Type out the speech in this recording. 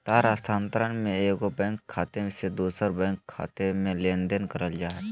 तार स्थानांतरण में एगो बैंक खाते से दूसर बैंक खाते में लेनदेन करल जा हइ